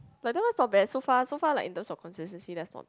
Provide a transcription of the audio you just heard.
but that one's not bad so far so far like in terms of consistency that's not